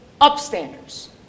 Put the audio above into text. upstanders